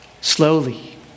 Slowly